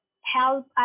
help